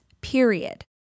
period